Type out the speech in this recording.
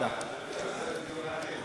תודה.